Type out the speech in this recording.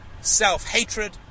self-hatred